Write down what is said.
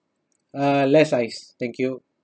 uh less ice thank you